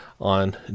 on